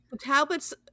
tablets